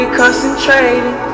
concentrated